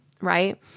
right